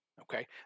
okay